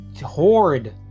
horrid